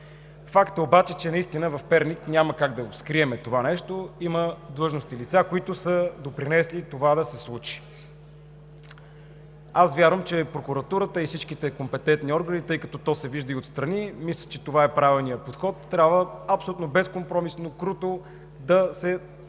Факт е обаче, че наистина в Перник няма как да го скрием това нещо – има длъжностни лица, които са допринесли това да се случи. Аз вярвам, че прокуратурата и всички компетентни органи – тъй като се вижда и отстрани, мисля, че това е правилният подход и трябва абсолютно безкомпромисно, круто да се потърси